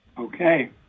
Okay